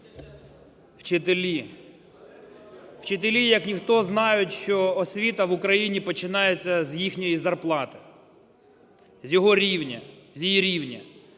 вчителі! Вчителі як ніхто знають, що освіта в Україні починається з їхньої зарплати, з його рівня… з її рівня,